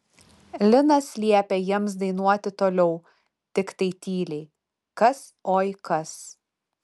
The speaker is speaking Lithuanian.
linas liepė jiems dainuoti toliau tiktai tyliai kas oi kas